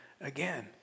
again